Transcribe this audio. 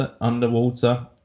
underwater